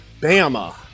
Bama